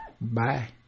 Bye